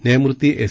न्यायमूर्ती एस